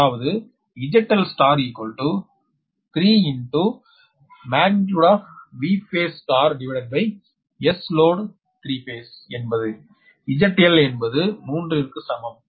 அதாவது ZL3 Vphase2Sloadஎன்பது ZL என்பது 3 ற்கு சமம்